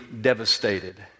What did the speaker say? devastated